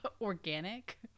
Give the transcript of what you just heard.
organic